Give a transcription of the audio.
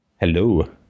hello